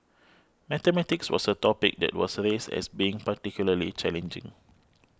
mathematics was a topic that was raised as being particularly challenging